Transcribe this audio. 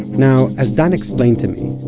now, as dan explained to me,